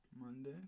Monday